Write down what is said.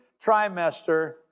trimester